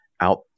out